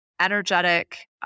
energetic